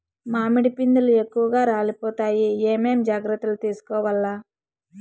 మామిడి పిందెలు ఎక్కువగా రాలిపోతాయి ఏమేం జాగ్రత్తలు తీసుకోవల్ల?